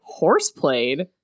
horseplayed